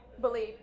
believe